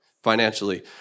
financially